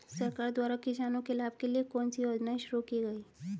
सरकार द्वारा किसानों के लाभ के लिए कौन सी योजनाएँ शुरू की गईं?